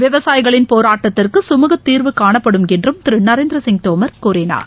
விவசாயிகளின் போராட்டத்திற்கு கமூக தீர்வு காணப்படும் என்றும் திரு நரேந்திர சிங் தோமர் கூறினார்